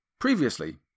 Previously